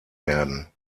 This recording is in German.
werden